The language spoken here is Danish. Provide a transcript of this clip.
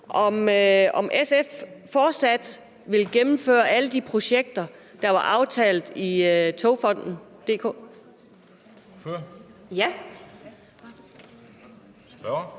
om SF fortsat vil gennemføre alle de projekter, der var aftalt i Togfonden DK. Kl.